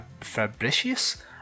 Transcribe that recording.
fabricius